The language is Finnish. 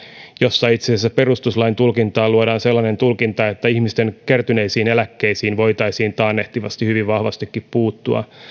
jossa itse asiassa perustuslain tulkinnassa luodaan sellainen tulkinta että ihmisten kertyneisiin eläkkeisiin voitaisiin taannehtivasti hyvin vahvastikin puuttua